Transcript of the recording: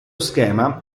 schema